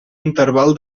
interval